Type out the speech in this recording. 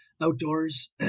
outdoors